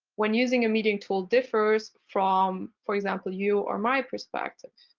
when using a meeting tool, differs from, for example, you or my perspective.